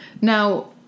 Now